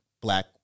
black